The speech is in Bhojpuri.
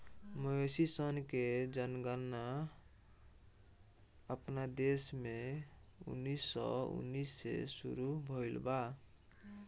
मवेशी सन के जनगणना अपना देश में उन्नीस सौ उन्नीस से शुरू भईल बा